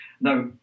Now